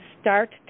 start